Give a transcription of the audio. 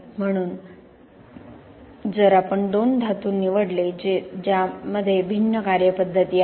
म्हणून जर आपण दोन धातू निवडले जे भिन्न कार्यपद्धती आहेत